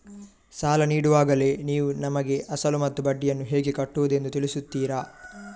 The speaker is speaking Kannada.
ಸಾಲ ನೀಡುವಾಗಲೇ ನೀವು ನಮಗೆ ಅಸಲು ಮತ್ತು ಬಡ್ಡಿಯನ್ನು ಹೇಗೆ ಕಟ್ಟುವುದು ಎಂದು ತಿಳಿಸುತ್ತೀರಾ?